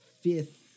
fifth